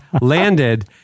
landed